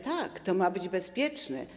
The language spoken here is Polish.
Tak, to ma być bezpieczne.